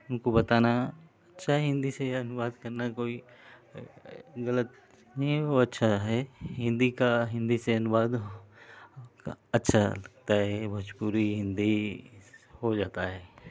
उनको बताना अच्छा है हिंदी से अनुवाद करना कोई गलत नहीं वो अच्छा है हिंदी का हिंदी से अनुवाद अच्छा लगता है भोजपुरी हिंदी हो जाता है